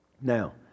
Now